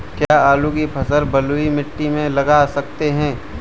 क्या आलू की फसल बलुई मिट्टी में लगा सकते हैं?